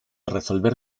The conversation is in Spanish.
resolver